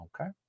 Okay